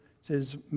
says